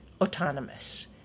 autonomous